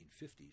1950s